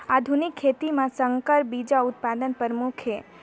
आधुनिक खेती म संकर बीज उत्पादन प्रमुख हे